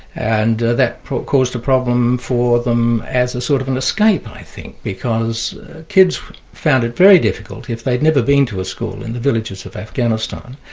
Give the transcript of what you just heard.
and that caused a problem for them as a sort of an escape i think, because kids found it very difficult if they'd never been to a school in the villages of afghanistan.